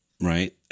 right